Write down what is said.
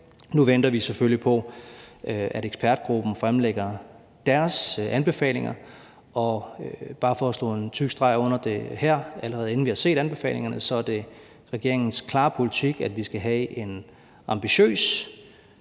Nu venter vi selvfølgelig på, at ekspertgruppen fremlægger deres anbefalinger, og bare for at slå en tyk streg under det her, allerede inden vi har set anbefalingerne, vil jeg sige, at det er regeringens klare politik, at vi skal have en ambitiøs,